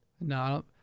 No